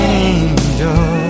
angel